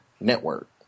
network